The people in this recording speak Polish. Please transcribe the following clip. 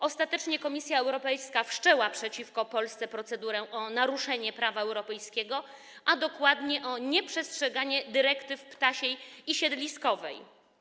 Ostatecznie Komisja Europejska wszczęła przeciwko Polsce procedurę o naruszenie prawa europejskiego, a dokładnie o nieprzestrzeganie dyrektyw ptasiej i siedliskowej.